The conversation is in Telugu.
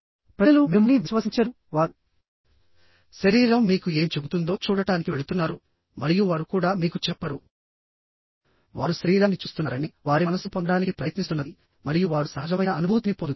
ప్రజలు మిమ్మల్ని విశ్వసించరువారు శరీరం మీకు ఏమి చెబుతుందో చూడటానికి వెళుతున్నారు మరియు వారు కూడా మీకు చెప్పరు వారు శరీరాన్ని చూస్తున్నారనివారి మనస్సు పొందడానికి ప్రయత్నిస్తున్నది మరియు వారు సహజమైన అనుభూతిని పొందుతారు